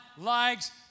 likes